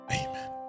Amen